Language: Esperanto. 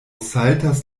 saltas